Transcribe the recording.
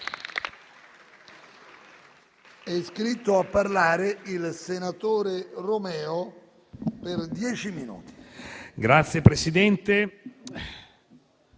Grazie, Presidente.